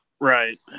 Right